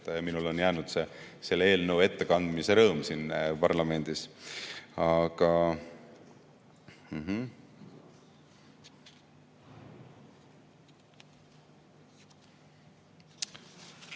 minule on jäänud selle eelnõu ettekandmise rõõm siin parlamendis. Hetkel